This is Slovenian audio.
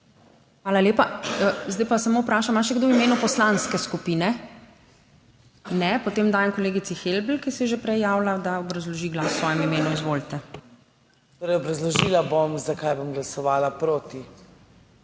Hvala lepa. Zdaj pa samo vprašam, ima še kdo v imenu poslanske skupine? (Ne.) Potem dajem kolegici Helbl, ki se je že prej javila, da obrazloži glas v svojem imenu. Izvolite. ALENKA HELBL (PS SDS): Torej, obrazložila bom, zakaj bom glasovala proti.